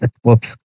Whoops